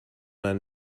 ein